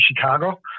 Chicago